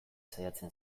saiatzen